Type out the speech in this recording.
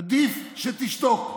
עדיף שתשתוק.